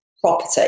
Property